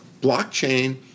blockchain